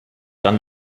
dann